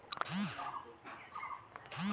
খামারে রেখে আমরা দুধ পাই তাতে অনেক জিনিস দেখতে হয়